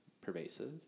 pervasive